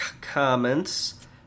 comments